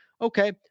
Okay